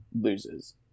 loses